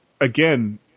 again